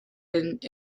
and